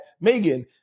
Megan